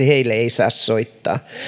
heille ei saa soittaa